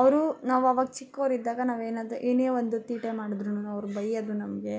ಅವರು ನಾವು ಆವಾಗ ಚಿಕ್ಕವರಿದ್ದಾಗ ನಾವೇನಾದರೂ ಏನೇ ಒಂದು ತೀಟೆ ಮಾಡಿದ್ರೂ ಅವ್ರು ಬೈಯ್ಯೋದು ನಮಗೆ